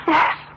Yes